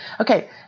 Okay